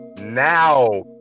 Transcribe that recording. now